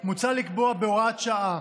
מוצע לקבוע בהוראת שעה,